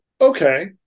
Okay